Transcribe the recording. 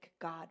God